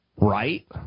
right